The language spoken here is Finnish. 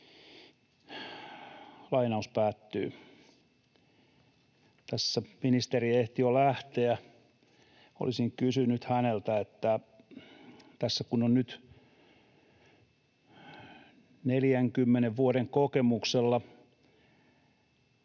hän toteaa.” Tässä ministeri ehti jo lähteä. Olisin kysynyt häneltä, että tässä kun on nyt 40 vuoden kokemuksella